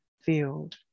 field